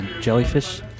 Jellyfish